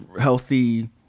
healthy